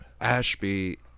Ashby